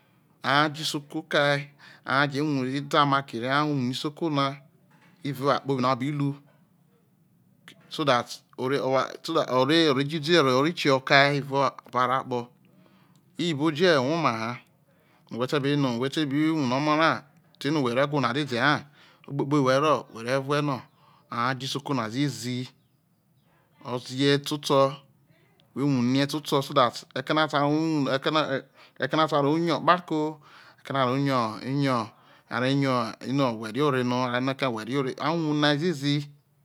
Hai je isoka kue ha wuhre ra daoma kere a wuhre isoko na evao oware kpobi no abira so that ore ore kieho kae evao oban akpoi iyiboje o woma ha no̠ whe te be no̠ no̠ whe te bi wuhre o̠mo̠ ra dede no whe rro ewho na dede ha ogbe kpobino whe rro whe re uuei no o hai je isoko na ziezi a jei to to owuhnetoto so that eke no osui to wuhre eke no sa ro yo okpako eke no o royo yo u re yo no whe re ore no whe re ore na ziezi